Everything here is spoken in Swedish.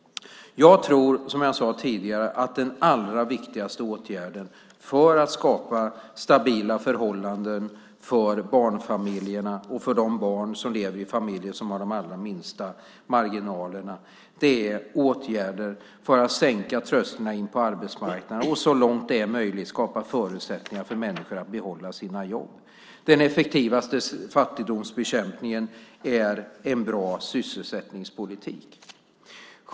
Jag tror, som jag sade tidigare, att de allra viktigaste åtgärderna för att skapa stabila förhållanden för barnfamiljerna och för de barn som lever i familjer som har de allra minsta marginalerna är åtgärder för att sänka trösklarna in på arbetsmarknaden och så långt det är möjligt skapa förutsättningar för människor att behålla sina jobb. Den effektivaste fattigdomsbekämpningen är en bra sysselsättningspolitik.